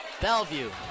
Bellevue